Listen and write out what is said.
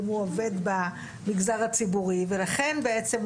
אם הוא עובד במגזר הציבורי ולכן בעצם,